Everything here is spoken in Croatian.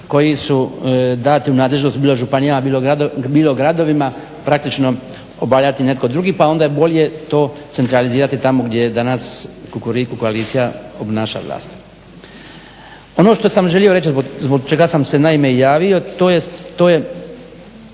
koji su dati u nadležnost bilo županijama, bilo gradovima praktično obavljati netko drugi. Pa onda je bolje to centralizirati tamo gdje je danas Kukuriku koalicija obnaša vlast. Ono što sam želio reći zbog čega sam se naime javio, to je